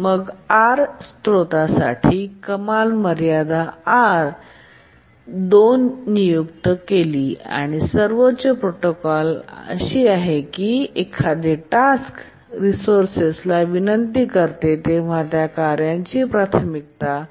मग R स्त्रोतासाठी कमाल मर्यादा 2 नियुक्त आणि सर्वोच्च प्रोटोकॉल अशी आहे की जेव्हा एखादे टास्क रिसोर्सेस विनंती करते तेव्हा त्या कार्याची प्राथमिकता